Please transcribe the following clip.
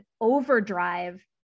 overdrive